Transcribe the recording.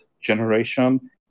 generation